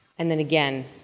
and then, again,